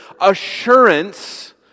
assurance